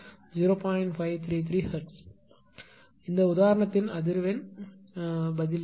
533 hertz இந்த உதாரணத்தின் அதிர்வெண் பதில் இது